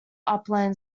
upland